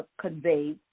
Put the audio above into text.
convey